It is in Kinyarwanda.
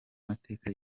mateka